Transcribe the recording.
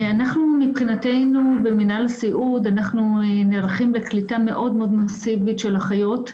אנחנו מבחינתנו במינהל הסיעוד נערכים לקליטה מאוד מאוד מסיבית של אחיות,